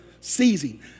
seizing